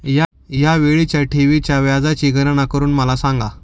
या वेळीच्या ठेवीच्या व्याजाची गणना करून मला सांगा